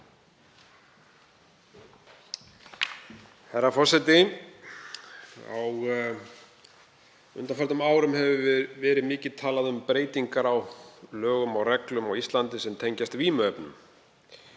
Herra forseti. Á undanförnum árum hefur mikið verið talað um breytingar á lögum og reglum á Íslandi sem tengjast vímuefnum.